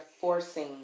forcing